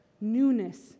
newness